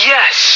Yes